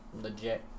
legit